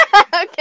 Okay